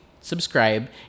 subscribe